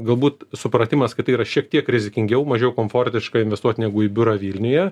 galbūt supratimas kad tai yra šiek tiek rizikingiau mažiau komfortiška investuot negu į biurą vilniuje